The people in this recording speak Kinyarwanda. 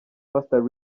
pastor